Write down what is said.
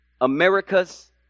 America's